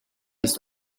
ist